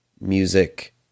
music